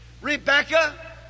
rebecca